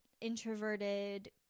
introverted